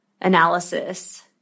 analysis